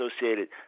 associated